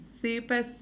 super